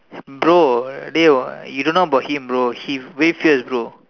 bro they were you don't know about him bro he way fierce bro